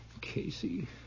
Casey